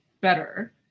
better